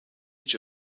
age